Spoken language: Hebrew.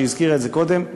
שהזכירה את זה קודם,